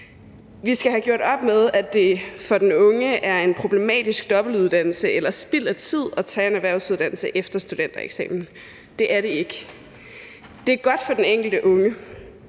Vi skal have gjort op med, at det for den unge er en problematisk dobbeltuddannelse eller spild af tid at tage en erhvervsuddannelse efter studentereksamen. Det er det ikke. Det er godt for den enkelte unge,